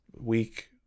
week